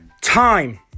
time